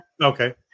Okay